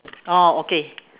oh okay